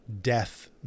death